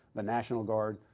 the national guard,